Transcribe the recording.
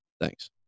Thanks